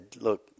look